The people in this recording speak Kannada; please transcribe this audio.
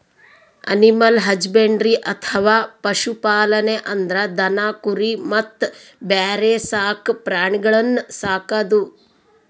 ಅನಿಮಲ್ ಹಜ್ಬೆಂಡ್ರಿ ಅಥವಾ ಪಶು ಪಾಲನೆ ಅಂದ್ರ ದನ ಕುರಿ ಮತ್ತ್ ಬ್ಯಾರೆ ಸಾಕ್ ಪ್ರಾಣಿಗಳನ್ನ್ ಸಾಕದು